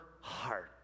heart